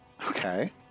Okay